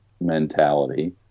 mentality